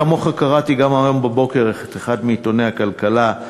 כמוך קראתי היום בבוקר את אחד מעיתוני הכלכלה,